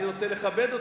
אני רוצה לכבד אותך,